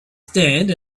stand